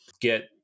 Get